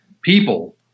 people